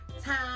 time